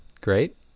great